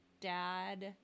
dad